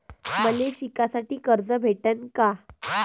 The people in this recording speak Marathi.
मले शिकासाठी कर्ज भेटन का?